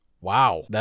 Wow